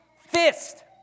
fist